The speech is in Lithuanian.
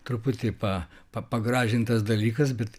truputį pa pa pagražintas dalykas bet